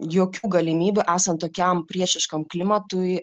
jokių galimybių esant tokiam priešiškam klimatui